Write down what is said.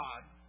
God